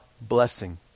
blessing